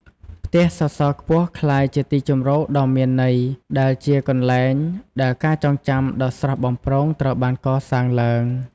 ផ្ទះសសរខ្ពស់ក្លាយជាទីជម្រកដ៏មានន័យ ដែលជាកន្លែងដែលការចងចាំដ៏ស្រស់បំព្រងត្រូវបានកសាងឡើង។